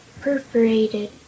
perforated